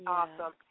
awesome